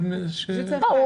אם